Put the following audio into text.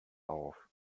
auf